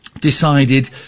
decided